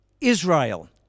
israel